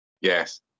Yes